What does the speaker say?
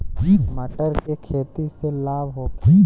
मटर के खेती से लाभ होखे?